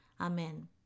amen